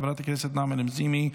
חברת הכנסת נעמה לזימי,